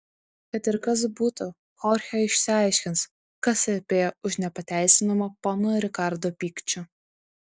kad ir kas būtų chorchė išsiaiškins kas slypėjo už nepateisinamo pono rikardo pykčio